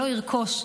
שלא ירכוש,